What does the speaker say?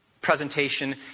presentation